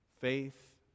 Faith